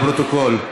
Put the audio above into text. לפרוטוקול: